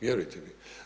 Vjerujte mi.